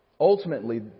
ultimately